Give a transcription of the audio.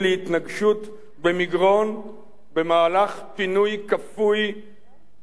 במגרון במהלך פינוי כפוי של היישוב.